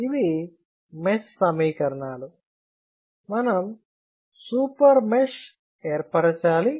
ఇవి మెష్ సమీకరణాలు మనం సూపర్ మెష్ ఏర్పరచాలి